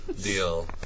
deal